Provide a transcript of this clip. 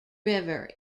river